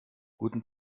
guten